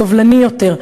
סובלני יותר,